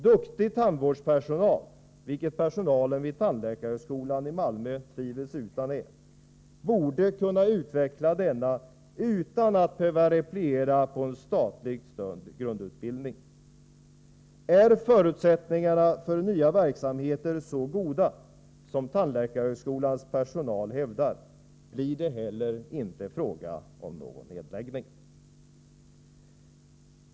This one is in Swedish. Duktig tandvårdspersonal — vilket personalen vid tandläkarhögskolan i Malmö tvivelsutan är — borde kunna utveckla denna utan att behöva repliera på en statligt stödd grundutbildning. Är förutsättningarna för nya verksamheter så goda som tandläkarhögskolans personal hävdar blir det inte heller fråga om någon nedläggning. Herr talman!